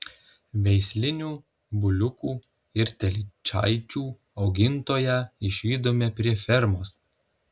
veislinių buliukų ir telyčaičių augintoją išvydome prie fermos